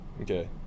Okay